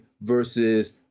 versus